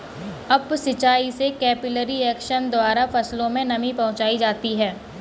up सिचाई में capillary action द्वारा फसलों में नमी पहुंचाई जाती है